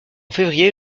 février